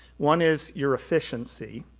one is, you're efficiency,